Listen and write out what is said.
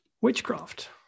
witchcraft